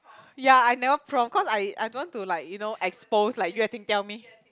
ya I never prompt cause I I don't want to like you know expose like Yue-Ting tell me